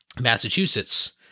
Massachusetts